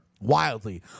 wildly